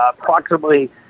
approximately